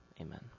Amen